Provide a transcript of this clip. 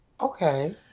Okay